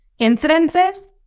incidences